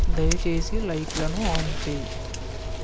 దయచేసి లైట్లను ఆన్ చేయి